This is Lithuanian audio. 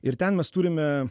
ir ten mes turime